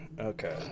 Okay